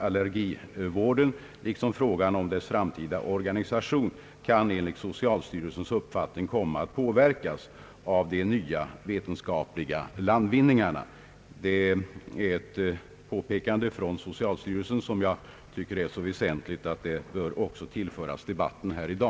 allergivården liksom frågan om dess framtida organisation kan enligt socialstyrelsens uppfattning komma att påverkas av de nya vetenskapliga landvinningarna.» Detta är ett påpekande från socialstyrelsens sida som jag tycker är så väsentligt att det bör tillföras debatten här i dag.